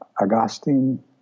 Augustine